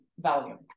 volume